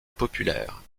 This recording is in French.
populaire